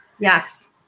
Yes